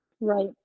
Right